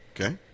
Okay